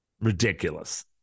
Ridiculous